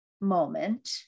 moment